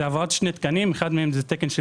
זה העברת שני תקנים: אחד מהם הוא תקן של